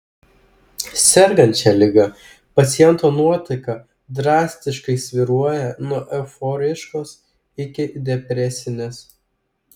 sergant šia liga paciento nuotaika drastiškai svyruoja nuo euforiškos iki depresinės